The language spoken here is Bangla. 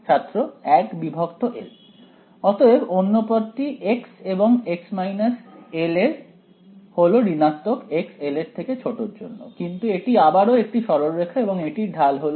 ছাত্র 1 বিভক্ত l অতএব অন্য পদটি x এবং x l হল ঋণাত্মক x l কিন্তু এটি আবারও একটি সরলরেখা এবং এটির ঢাল হল